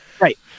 Right